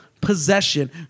possession